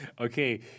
Okay